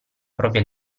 propria